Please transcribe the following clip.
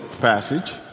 passage